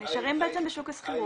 הם נשארים בעצם בשוק השכירות,